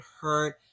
hurt